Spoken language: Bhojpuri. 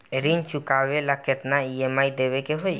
ऋण चुकावेला केतना ई.एम.आई देवेके होई?